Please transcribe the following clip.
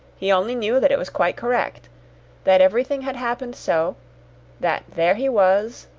he only knew that it was quite correct that everything had happened so that there he was,